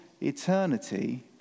eternity